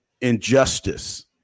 injustice